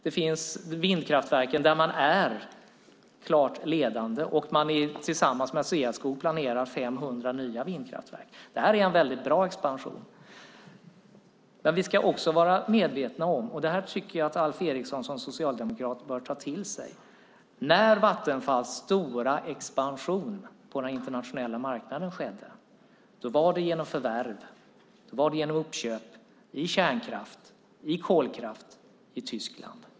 Där finns även vindkraftverken där man är klart ledande. Tillsammans med Sveaskog planerar man 500 nya vindkraftverk. Detta är en väldigt bra expansion. Men vi ska också vara medvetna om, vilket jag tycker att Alf Eriksson som socialdemokrat bör ta till sig, att Vattenfalls stora expansion på den internationella marknaden skedde genom förvärv och uppköp av kärnkraft och kolkraft i Tyskland.